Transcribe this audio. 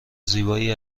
زیبایی